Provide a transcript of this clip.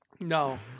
No